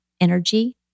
energy